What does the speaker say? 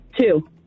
Two